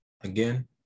again